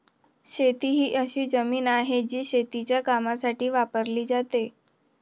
शेती ही अशी जमीन आहे, जी शेतीच्या कामासाठी वापरली जाते